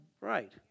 Right